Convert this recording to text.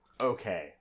okay